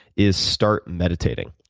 is start meditating.